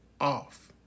off